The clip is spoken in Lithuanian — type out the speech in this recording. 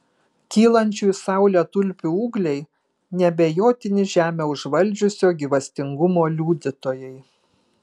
kylančių į saulę tulpių ūgliai neabejotini žemę užvaldžiusio gyvastingumo liudytojai